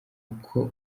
uko